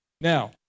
Now